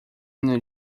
mina